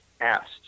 asked